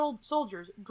soldiers